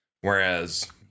whereas